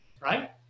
right